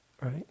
Right